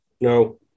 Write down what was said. no